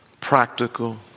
practical